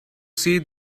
see